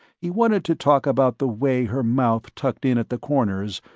he wanted to talk about the way her mouth tucked in at the corners,